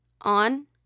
on